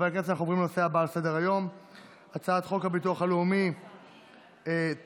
נעבור להצבעה על הצעת חוק הביטוח הלאומי (תיקון,